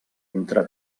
entre